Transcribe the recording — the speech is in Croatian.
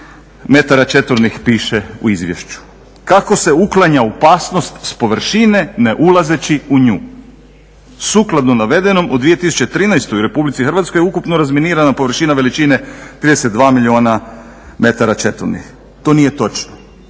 metara četvornih piše u izvješću ako se uklanja opasnost sa površine ne ulazeći u nju. Sukladno navedenom u 2013. u Republici Hrvatskoj je ukupno razminirana površina veličine 32 milijuna metara četvornih. To nije točno